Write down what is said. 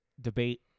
debate